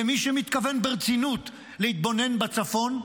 ומי שמתכוון ברצינות להתבונן בצפון,